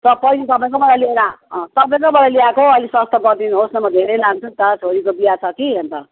पहिलो तपाईँकोबाट लिएर तपाईँकोबाट ल्याएको अलिक सस्तो गरिदिनु होस् न म धेरै लान्छु नि त छोरीको बिहा छ कि अन्त